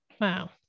Wow